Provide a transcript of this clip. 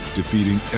defeating